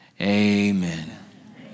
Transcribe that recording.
Amen